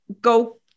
go